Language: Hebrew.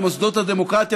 על מוסדות הדמוקרטיה,